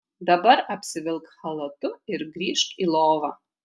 dabar apsivilk chalatu ir grįžk į lovą